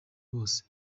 bose